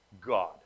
God